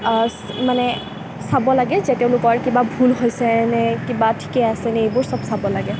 মানে চাব লাগে যে তেওঁলোকৰ কিবা ভুল হৈছে নে কিবা ঠিকে আছেনে এইবোৰ সব চাব লাগে